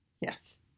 Yes